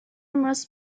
must